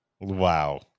Wow